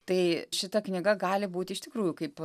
tai šita knyga gali būti iš tikrųjų kaip